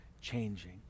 changing